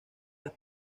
las